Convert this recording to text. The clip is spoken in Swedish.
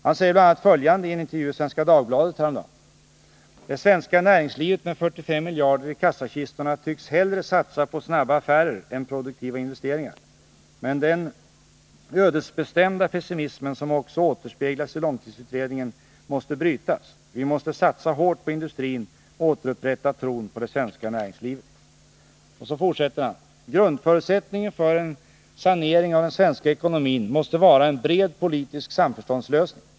Han sade bl.a. följande i en intervju i Svenska Dagbladet i måndags: ”Det svenska näringslivet med 45 miljarder kr. i kassakistorna tycks hellre satsa på snabba affärer än produktiva investeringar. Men den ”ödesbestämda” pessimismen som också återspeglas i långtidsutredningen måste brytas. Vi måste satsa hårt på industrin och återupprätta tron på det svenska näringlivet.” Gunnar Nilsson fortsätter: ”Grundförutsättningen för en sanering av den svenska ekonomin måste vara en bred politisk samförståndslösning.